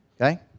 Okay